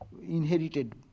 inherited